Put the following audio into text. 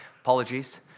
Apologies